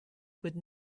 would